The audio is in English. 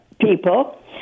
people